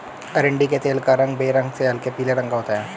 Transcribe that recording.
अरंडी के तेल का रंग बेरंग से हल्के पीले रंग का होता है